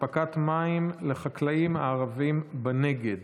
אספקת מים לחקלאים הערבים בנגב.